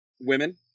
women